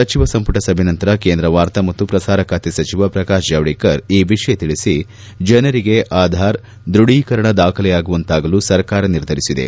ಸಚಿವ ಸಂಪುಟ ಸಭೆ ನಂತರ ಕೇಂದ್ರ ವಾರ್ತಾ ಮತ್ತು ಪ್ರಸಾರ ಖಾತೆ ಸಚಿವ ಪ್ರಕಾಶ್ ಜಾವಡೇಕರ್ ಈ ವಿಷಯ ತಿಳಿಸಿ ಜನರಿಗೆ ಆಧಾರ್ ದೃಢೀಕರಣ ದಾಖಲೆಯಾಗುವಂತಾಗಲು ಸರ್ಕಾರ ನಿರ್ಧರಿಸಿದೆ